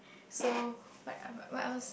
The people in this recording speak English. so what what what else